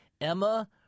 Emma